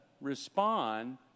respond